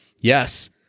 Yes